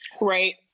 right